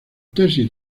tesis